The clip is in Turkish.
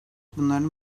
bunların